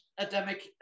academic